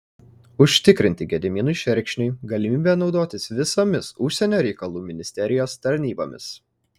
užtikrinti gediminui šerkšniui galimybę naudotis visomis užsienio reikalų ministerijos tarnybomis